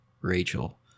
Rachel